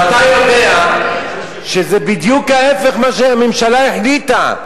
ואתה יודע שזה בדיוק ההיפך ממה שהממשלה החליטה,